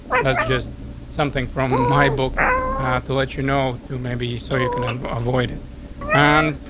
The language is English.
that's just something from my book to let you know to maybe you so you can and avoid it on.